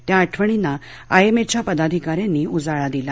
त्या आठवणींना I M A च्या पदाधिकाऱ्यांनी उजाळा दिला